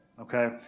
Okay